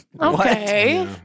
Okay